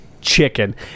Chicken